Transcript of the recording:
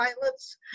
pilots